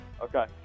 Okay